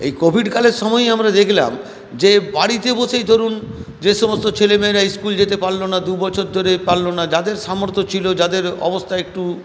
এই কোভিডকালের সময়ই আমরা দেখলাম যে বাড়িতে বসেই ধরুন যে সমস্ত ছেলেমেয়েরা স্কুল যেতে পারলো না দুবছর ধরে পারলো না যাদের সামর্থ্য ছিল যাদের অবস্থা একটু